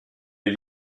est